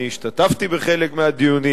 אני השתתפתי בחלק מהדיונים,